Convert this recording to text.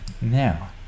now